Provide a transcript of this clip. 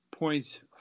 Points